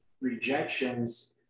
rejections